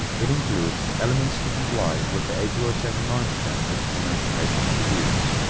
it includes elements to comply with the eighty seventy nine standard on information for use.